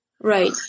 right